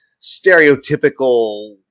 stereotypical